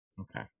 Okay